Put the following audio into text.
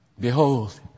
Behold